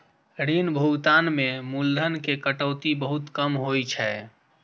ऋण भुगतान मे मूलधन के कटौती बहुत कम होइ छै